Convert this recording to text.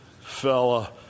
fella